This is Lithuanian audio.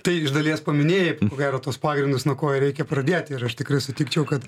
tai iš dalies paminėjai ko gero tuos pagrindus nuo ko ir reikia pradėti ir aš tikrai sutikčiau kad